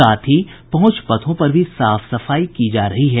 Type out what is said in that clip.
साथ ही पहुंच पथों पर भी साफ सफाई की जा रही है